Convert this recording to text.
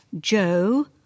joe